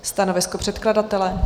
Stanovisko předkladatele?